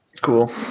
Cool